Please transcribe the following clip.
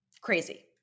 Crazy